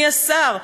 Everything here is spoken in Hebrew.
אדוני השר?